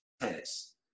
tennis